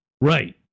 Right